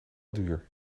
duur